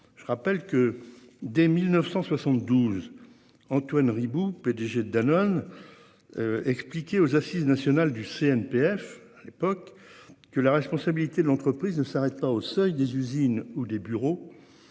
Je rappelle que dès 1972. Antoine Riboud, PDG de Danone. Expliquer aux Assises nationales du CNPF à l'époque que la responsabilité de l'entreprise ne s'arrête au seuil des usines ou des bureaux.